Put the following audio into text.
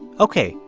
ok,